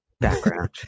background